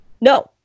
No